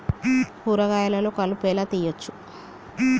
కూరగాయలలో కలుపు ఎలా తీయచ్చు?